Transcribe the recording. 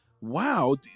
wow